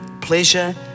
pleasure